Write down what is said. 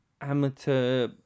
amateur